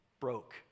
broke